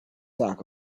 talk